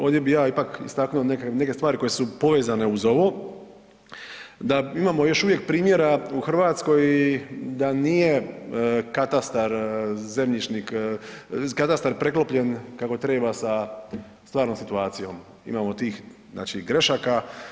Ovdje bi ja ipak istaknuo neke stvari koje su povezane uz ovo, da imamo još uvijek primjera u RH i da nije katastar, zemljišnik, katastar preklopljen kako treba sa stvarnom situacijom, imamo tih, znači grešaka.